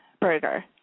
burger